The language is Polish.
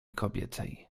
kobiecej